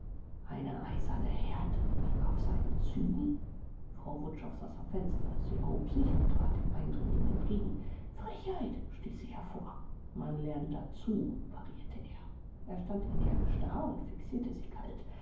eine eiserne härte lag auf seinen zügen frau wutschow saß am fenster sie erhob sich und trat dem eindringling entgegen frechheit stieß sie hervor man lernt dazu parierte er er stand energisch da und fixierte sie kalt